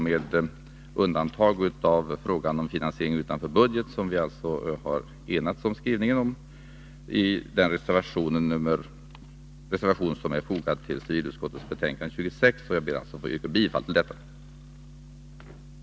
Med undantag för frågan om finansiering utanför budgeten, där vi alltså kunnat enats om skrivningen, uppföljs dessa förslag i den reservation som är fogad till civilutskottets betänkande nr 26, och jag ber att få yrka bifall till reservationen.